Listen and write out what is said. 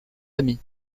ami